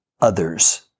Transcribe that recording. others